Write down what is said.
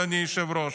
אדוני היושב-ראש.